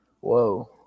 Whoa